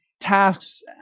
tasks